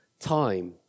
time